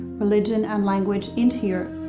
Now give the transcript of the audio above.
religion and language into europe,